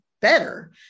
better